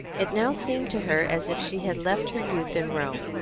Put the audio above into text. it now seemed to her as if she had left her youth in rome,